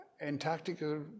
Antarctica